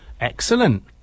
Excellent